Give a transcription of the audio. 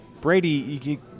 Brady